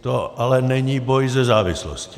To ale není boj se závislostí.